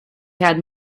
had